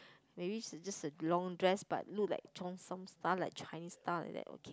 maybe it's just a long dress but look like Cheongsam style like Chinese style like that okay